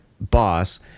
boss